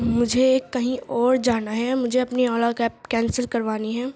مجھے کہیں اور جانا ہے مجھے اپنی اولا کیب کینسل کروانی ہے